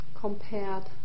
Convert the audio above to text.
compared